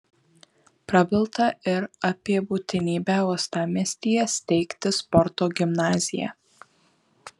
prabilta ir apie būtinybę uostamiestyje steigti sporto gimnaziją